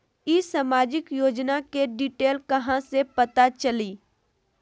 ई सामाजिक योजना के डिटेल कहा से पता चली?